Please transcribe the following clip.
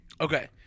Okay